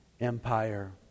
Empire